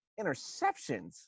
interceptions